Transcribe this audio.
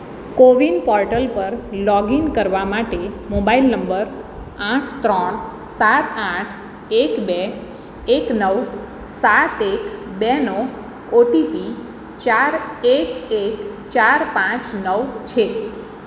CoWIN portal પર login કરવા માટે મોબાઈલ નંબર આઠ ત્રણ સાત આઠ એક બે એક નવ સાત એક બેનો ઓટીપી ચાર એક એક ચાર પાંચ નવ છે